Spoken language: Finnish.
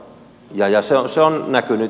se on näkynyt